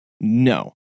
No